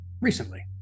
recently